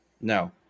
no